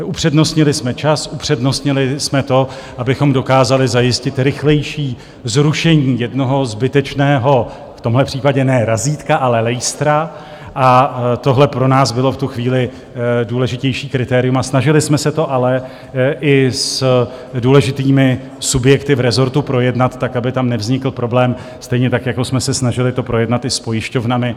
Upřednostnili jsme čas, upřednostnili jsme to, abychom dokázali zajistit rychlejší zrušení jednoho zbytečného, v tomhle případě ne razítka, ale lejstra, a tohle pro nás bylo v tu chvíli důležitější kritérium a snažili jsme se to i s důležitými subjekty v rezortu projednat tak, aby tam nevznikl problém, stejně tak jako jsme se snažili to projednat i s pojišťovnami.